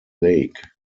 lake